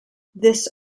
this